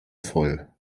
voll